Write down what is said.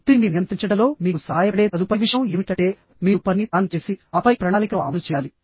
ఒత్తిడిని నియంత్రించడంలో మీకు సహాయపడే తదుపరి విషయం ఏమిటంటే మీరు పనిని ప్లాన్ చేసి ఆపై ప్రణాళికను అమలు చేయాలి